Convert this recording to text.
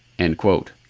end quote.